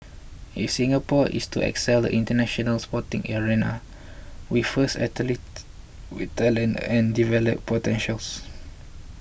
if Singapore is to excel in the International Sporting arena we first athletes with talent and development potentials